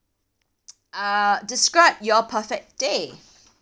err describe your perfect day